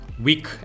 week